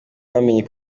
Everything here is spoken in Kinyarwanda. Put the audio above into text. bamenye